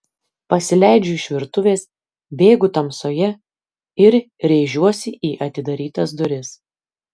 pasileidžiu iš virtuvės bėgu tamsoje ir rėžiuosi į atidarytas duris